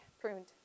pruned